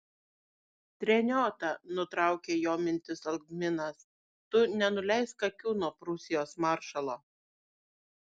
treniota nutraukė jo mintis algminas tu nenuleisk akių nuo prūsijos maršalo